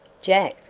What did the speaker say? jack!